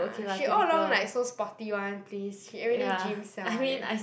ah she all along like so sporty [one] please she everyday gym siao [one] eh